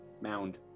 mound